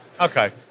Okay